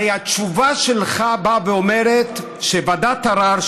הרי התשובה שלך באה ואומרת שוועדת ערר,